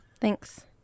Thanks